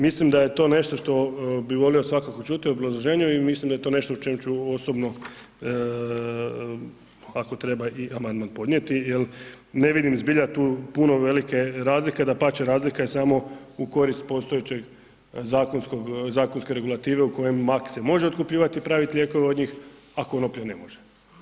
Mislim da je to nešto što bi volio svakako čuti u obrazloženju i mislim da je to nešto o čemu ću osobno ako treba i amandman podnijeti jel ne vidim zbilja tu puno velike razlike, dapače, razlika je samo u korist postojeće zakonske regulative u kojoj mak se može otkupljivati i praviti lijekove od njih, a konoplje ne može.